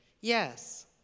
yes